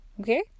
Okay